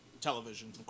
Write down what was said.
Television